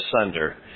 asunder